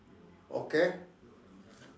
okay